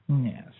Yes